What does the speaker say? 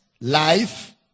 life